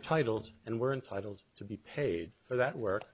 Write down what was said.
entitled and were entitled to be paid for that work